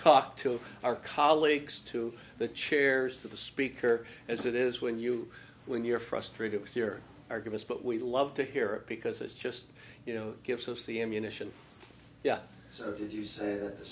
talk to our colleagues to the chairs to the speaker as it is when you when you're frustrated with your arguments but we love to hear it because it's just you know gives us the ammunition as you say th